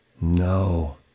No